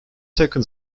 second